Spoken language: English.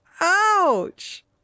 Ouch